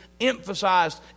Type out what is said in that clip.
emphasized